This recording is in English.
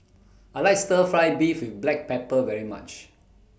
I like Stir Fry Beef with Black Pepper very much